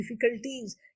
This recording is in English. difficulties